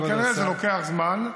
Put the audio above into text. אבל כנראה זה לוקח זמן,